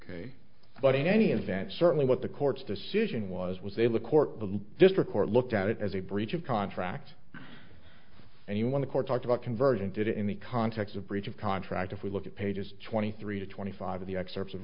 fee but in any event certainly what the court's decision was was a look court the district court looked at it as a breach of contract and he won the court talked about conversion did it in the context of breach of contract if we look at pages twenty three to twenty five of the excerpts of